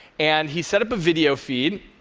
and he set up a video feed,